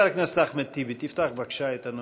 חבר הכנסת אחמד טיבי, פתח בבקשה את הנאומים.